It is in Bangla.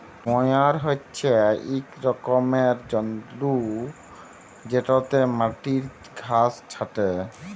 ময়ার হছে ইক রকমের যল্তর যেটতে মাটির ঘাঁস ছাঁটে